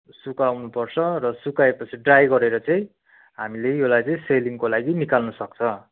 सुकाउनुपर्छ र सुकाएपछि ड्राइ गरेर चाहिँ हामीले यसलाई चाहिँ सेलिङको लागि निकाल्नुसक्छ